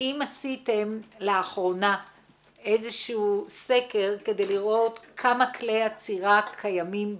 האם עשיתם לאחרונה איזשהו סקר כדי לראות כמה כלי עצירה קיימים בכלל,